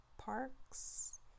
parks